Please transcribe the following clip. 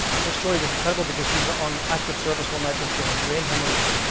her story was incredible because she was on active service one night when she had a brain hemorrhage.